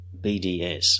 BDS